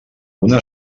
una